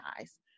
eyes